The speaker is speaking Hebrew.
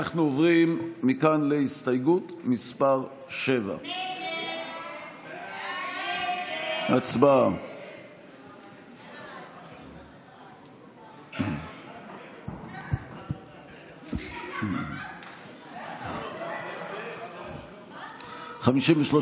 אנחנו עוברים מכאן להסתייגות מס' 7. הצבעה.